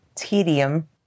tedium